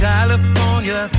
California